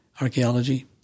archaeology